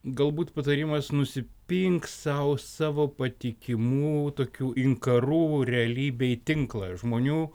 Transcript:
galbūt patarimas nusipink sau savo patikimų tokių inkarų realybėj tinklą žmonių